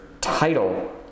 title